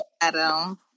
Adam